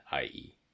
IE